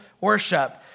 worship